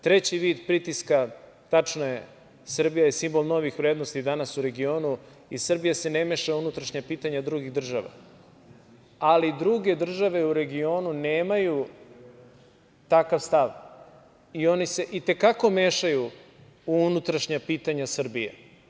Treći vid pritiska, tačno je, Srbija je simbol novih vrednosti danas u regionu i Srbija se ne meša u unutrašnja pitanja drugih država, ali druge države u regionu nemaju takav stav i one se itekako mešaju u unutrašnja pitanja Srbije.